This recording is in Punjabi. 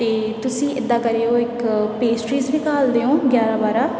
ਅਤੇ ਤੁਸੀਂ ਇੱਦਾਂ ਕਰਿਓ ਇੱਕ ਪੇਸਟਰੀਜ਼ ਵੀ ਘੱਲ ਦਿਓ ਗਿਆਰਾਂ ਬਾਰਾਂ